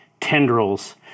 tendrils